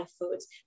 foods